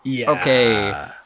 Okay